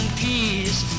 peace